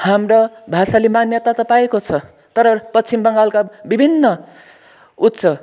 हाम्रो भाषाले मान्यता त पाएको छ तर पश्चिम बङ्गालका विभिन्न उच्च